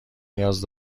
نیاز